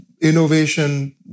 innovation